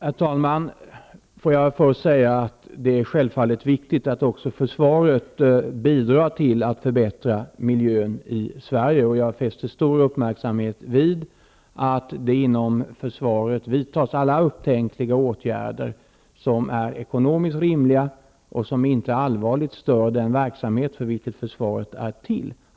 Herr talman! Låt mig först säga att det självfallet är viktigt att också försvaret bidrar till att förbättra miljön i Sverige. Jag fäster stort avseende vid att man inom försvaret vidtar alla upptänkliga åtgärder som är ekonomiskt rimliga och som inte allvarligt stör den verksamhet för vilken försvaret är till.